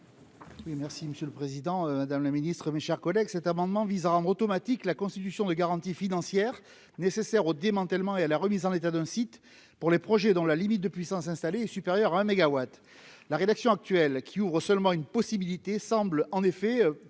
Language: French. merci Monsieur le Président, dans le ministre, mes chers collègues, cet amendement vise à rendre automatique la constitution des garanties financières nécessaires au démantèlement et à la remise en état d'un site pour les projets dans la limite de puissance installée est supérieur 1 mégawatt la rédaction actuelle qui ouvrent seulement une possibilité semble en effet